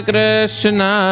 Krishna